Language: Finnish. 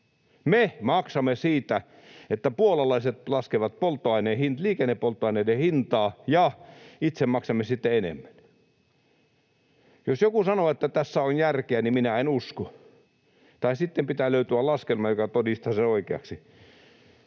Me maksamme siitä, että puolalaiset laskevat liikennepolttoaineiden hintaa, ja itse maksamme sitten enemmän. Jos joku sanoo, että tässä on järkeä, niin minä en usko, tai sitten pitää löytyä laskelma, joka todistaa sen oikeaksi.